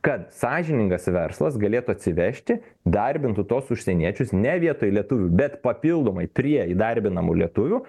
kad sąžiningas verslas galėtų atsivežti darbintų tuos užsieniečius ne vietoj lietuvių bet papildomai prie įdarbinamų lietuvių